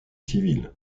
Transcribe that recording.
civils